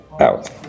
out